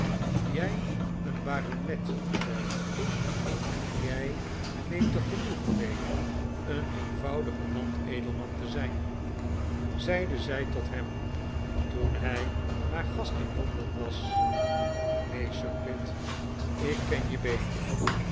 jij een baronet blijven jij neemt er genoegen mee een eenvoudig landedelman te zijn zeide zij tot hem toen hij haar gast in londen was nee sir pitt ik ken je beter